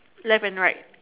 left and right